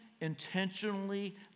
intentionally